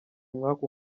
umwaku